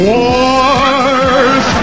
Wars